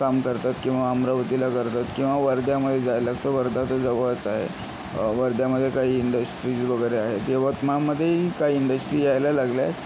काम करतात किंवा अमरावतीला करतात किंवा वर्ध्यामध्ये जायला लागतं वर्धा तर जवळच आहे वर्ध्यामध्ये काही इंडस्ट्रीज वगैरे आहेत यवतमाळमध्येही काही इंडस्ट्रीज यायला लागला आहे